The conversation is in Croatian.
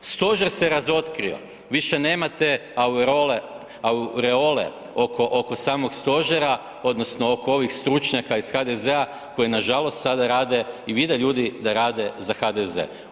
Stožer se razotkrio, više nemate aureole oko samog stožera odnosno oko ovih stručnjaka iz HDZ-a koji nažalost sada rade i vide ljudi da rade za HDZ.